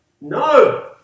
no